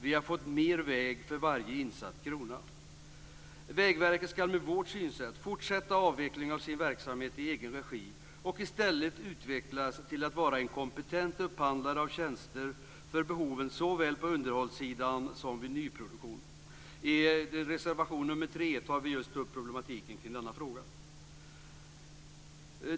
Vi har fått mer väg för varje insatt krona. Vägverket ska med vårt synsätt fortsätta avvecklingen av sin verksamhet i egen regi och i stället utvecklas till att vara en kompetent upphandlare av tjänster för behoven såväl på underhållssidan som vid nyproduktion. I reservation 3 tar vi upp problematiken kring just denna fråga.